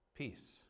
Peace